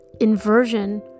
inversion